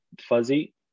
fuzzy